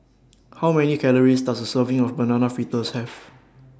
How Many Calories Does A Serving of Banana Fritters Have